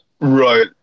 Right